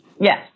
Yes